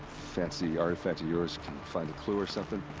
fancy artifact of yours can find a clue or something?